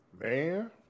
man